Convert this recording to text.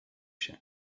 się